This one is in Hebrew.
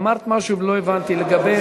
אמרת משהו ולא הבנתי לגבי,